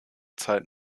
zeit